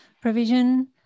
Provision